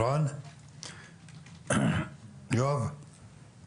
תעשו סדר בזום.